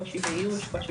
קושי באיוש.